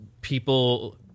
people